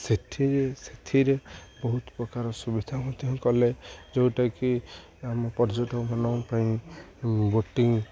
ସେଥିରେ ସେଥିରେ ବହୁତ ପ୍ରକାର ସୁବିଧା ମଧ୍ୟ କଲେ ଯେଉଁଟାକି ଆମ ପର୍ଯ୍ୟଟକମାନଙ୍କ ପାଇଁ ବୋଟିଂ